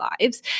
lives